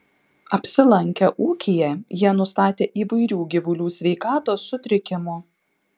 apsilankę ūkyje jie nustatė įvairių gyvulių sveikatos sutrikimų